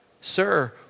Sir